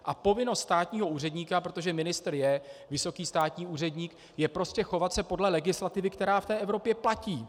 A povinnost státního úředníka, protože ministr je vysoký státní úředník, je prostě chovat se podle legislativy, která v Evropě platí.